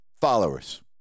followers